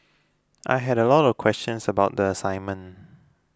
I had a lot of questions about the assignment